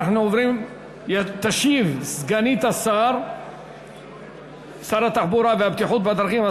תשיב סגנית שר התחבורה והבטיחות בדרכים,